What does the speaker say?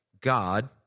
God